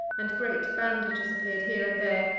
and great bandages appeared here and there,